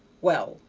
well,